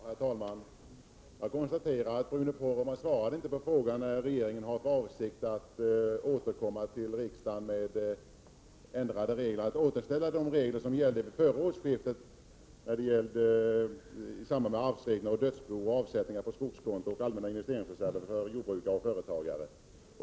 Herr talman! Jag konstaterar att Bruno Poromaa inte svarade på min fråga när regeringen har för avsikt att återkomma till riksdagen med förslag att återställa de regler som gällde före årsskiftet i fråga om arv, dödsbon, avsättningar på skogskonto och allmänna investeringsreserver för jordbrukare och företagare.